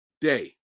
day